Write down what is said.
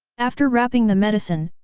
after wrapping the medicine,